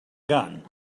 gun